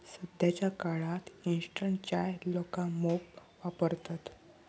सध्याच्या काळात इंस्टंट चाय लोका मोप वापरतत